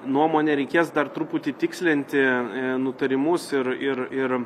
nuomone reikės dar truputį tikslinti nutarimus ir ir ir